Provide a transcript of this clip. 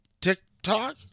TikTok